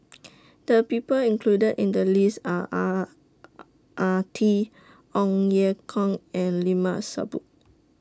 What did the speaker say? The People included in The list Are Ang Ah Tee Ong Ye Kung and Limat Sabtu